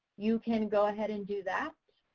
you can go ahead and do that.